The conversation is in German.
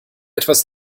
etwas